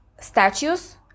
statues